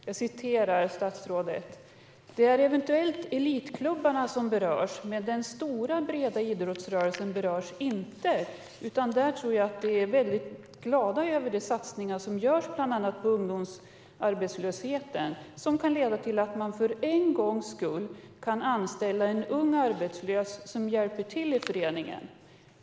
Jag citerar statsrådet: "Det är eventuellt elitklubbarna som berörs, men den stora breda idrottsrörelsen berörs inte utan där tror jag att de är väldigt glada över de satsningar som görs bland annat på ungdomsarbetslösheten, som kan leda till man för en gångs skull kan anställa en ung arbetslös som hjälper till i föreningen."